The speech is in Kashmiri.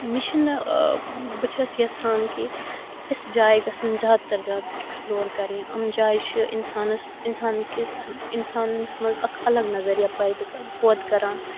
مےٚ چھِنہٕ بہٕ چھَس یِژھان کہِ یِژھٕ جایہِ گَژھَن زیادٕ تَر زیادٕ ایٚکٕسپُلور کَرٕنہِ یِمہٕ جایہِ چھِ اِنسانَس اِنسان کِس اَتھ اِنسانَس منٛز اَکھ اَلَگ نَظریا پیدٕ پٲدٕ کَران